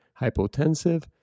hypotensive